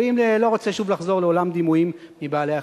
ואני לא רוצה שוב לחזור לעולם דימויים מבעלי-החיים.